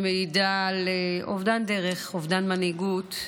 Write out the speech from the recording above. שמעידה על אובדן דרך, אובדן מנהיגות,